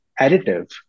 additive